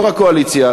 יושב-ראש הקואליציה,